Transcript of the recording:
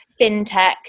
fintech